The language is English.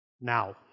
now